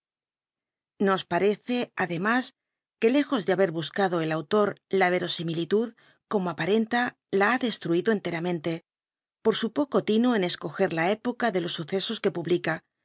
nos parece ademas que lejos de haber osbuscado el autor la verosimilitud como aparenta la ha destruido enteramente tt por su poco tino en estíoger la época de los sucesos que publica